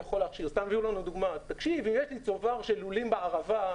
ויש לנו דוגמה: מילאתי צובר של לולים בערבה,